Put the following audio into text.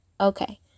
okay